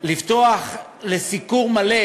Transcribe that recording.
לפתוח לסיקור מלא